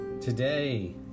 Today